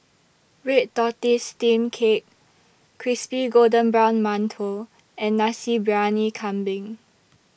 Red Tortoise Steamed Cake Crispy Golden Brown mantou and Nasi Briyani Kambing